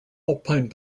alpine